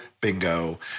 bingo